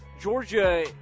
Georgia